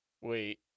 wait